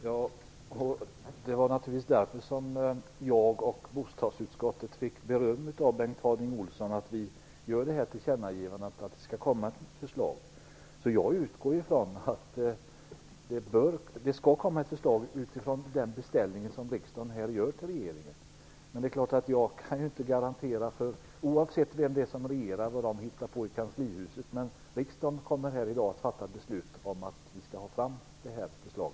Fru talman! Det var naturligtvis därför som jag och bostadsutskottet fick beröm av Bengt Harding Olson, för att vi gör ett tillkännagivande om att det skall komma ett förslag. Jag utgår ifrån att det kommer ett förslag utifrån den beställning som riksdagen gör till regeringen. Men det är klart att jag kan ju inte lämna någon garanti. Oavsett vem som regerar och vad man hittar på i kanslihuset kommer riksdagen i dag att fatta beslut om att det skall läggas fram ett förslag.